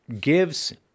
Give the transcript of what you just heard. gives